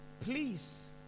Please